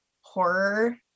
horror